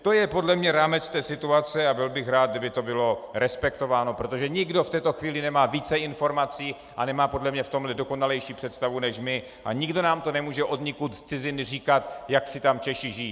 To je podle mě rámec situace a byl bych rád, kdyby to bylo respektováno, protože nikdo v této chvíli nemá více informací a nemá podle mě v tomhle dokonalejší představu než my a nikdo nám nemůže odnikud z ciziny říkat, jak si tam Češi žijí.